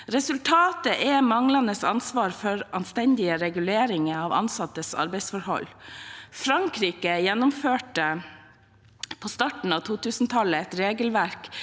Resultatet er manglende ansvar for anstendige reguleringer av ansattes arbeidsforhold. Frankrike gjennomførte på starten av 2000-tallet